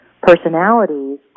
personalities